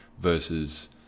versus